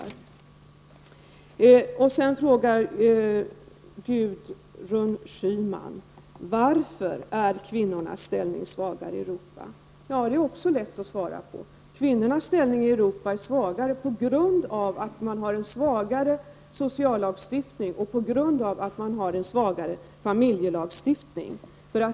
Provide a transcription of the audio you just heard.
Gudrun Schyman frågade varför kvinnornas ställning är svagare i Europa. Det är lätt att svara även på den frågan. Kvinnans ställning är svag i Europa på grund av att man har en svagare sociallagstiftning och familjelagstiftning.